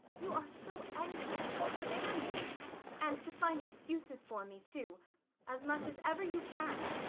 you are so anxious to spare me and to find excuses for me too as much as ever you can.